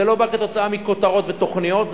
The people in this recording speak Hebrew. זה לא בא כתוצאה מכותרות ותוכניות.